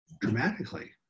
dramatically